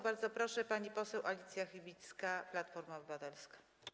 Bardzo proszę, pani poseł Alicja Chybicka, Platforma Obywatelska.